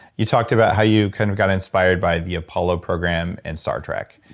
you talked about how you kind of got inspired by the apollo program and star trek.